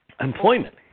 employment